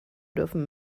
dürfen